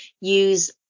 use